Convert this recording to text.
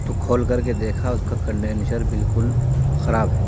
تو کھول کر کے دیکھا اس کا کینڈنشر بالکل خراب ہے